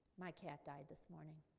my cat died this morning.